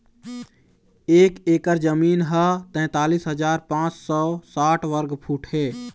एक एकर जमीन ह तैंतालिस हजार पांच सौ साठ वर्ग फुट हे